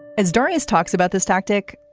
it's darrius talks about this tactic.